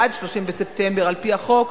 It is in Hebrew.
עד 30 בספטמבר על-פי החוק,